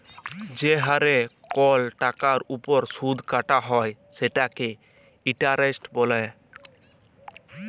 যে হারে কল টাকার উপর সুদ কাটা হ্যয় সেটকে ইলটারেস্ট রেট ব্যলে